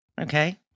Okay